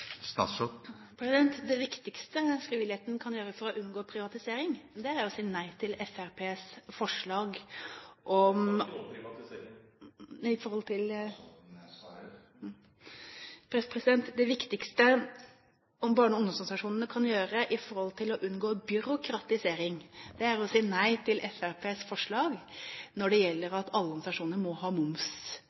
viktigste frivilligheten kan gjøre for å unngå privatisering, er å si nei til Fremskrittspartiets forslag om … Jeg sa ikke noe om privatisering. Statsråden svarer. Det viktigste barne- og ungdomsorganisasjonene kan gjøre for å unngå byråkratisering, er å si nei til Fremskrittspartiets forslag når det gjelder at alle organisasjoner må ha